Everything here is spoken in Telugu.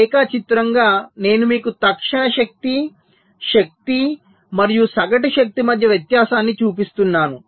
రేఖాచిత్రంగా నేను మీకు తక్షణ శక్తి శక్తి మరియు సగటు శక్తి మధ్య వ్యత్యాసాన్ని చూపిస్తున్నాను